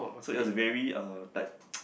so it was very uh like